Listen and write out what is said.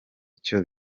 icyo